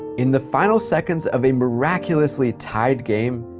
in the final seconds of a miraculously tied game,